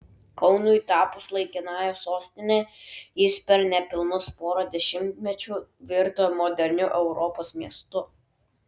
kaunui tapus laikinąja sostine jis per nepilnus pora dešimtmečių virto moderniu europos miestu